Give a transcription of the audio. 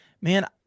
man